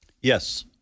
yes